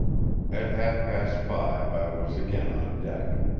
at half-past five i was again on deck.